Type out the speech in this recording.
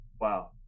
Wow